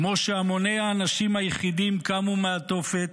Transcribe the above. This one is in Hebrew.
כמו שהמוני האנשים היחידים קמו מהתופת,